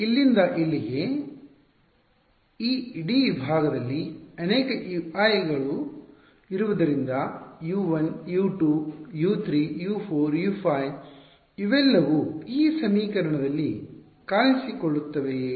ಇಲ್ಲಿಂದ ಇಲ್ಲಿಗೆ ಈ ಇಡೀ ವಿಭಾಗದಲ್ಲಿ ಅನೇಕ Ui ಗಳು ಇರುವುದರಿಂದ U1 U2 U3 U 4 U 5 ಇವೆಲ್ಲವೂ ಈ ಸಮೀಕರಣದಲ್ಲಿ ಕಾಣಿಸಿಕೊಳ್ಳುತ್ತವೆಯೇ